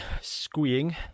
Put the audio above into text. squeeing